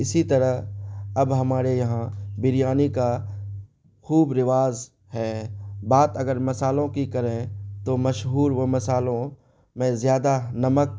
اسی طرح اب ہمارے یہاں بریانی کا خوب رواز ہے بات اگر مصالحوں کی کریں تو مشہور وہ مصالحوں میں زیادہ نمک